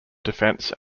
defense